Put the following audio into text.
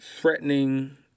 threatening